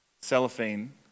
cellophane